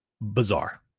Bizarre